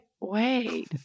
wait